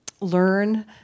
learn